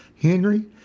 Henry